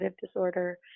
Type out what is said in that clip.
disorder